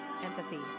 empathy